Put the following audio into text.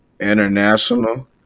international